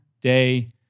day